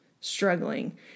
struggling